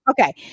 Okay